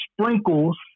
sprinkles